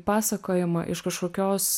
pasakojama iš kažkokios